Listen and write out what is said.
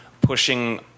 pushing